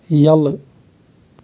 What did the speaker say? یَلہٕ